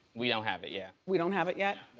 we don't have it, yeah. we don't have it yet.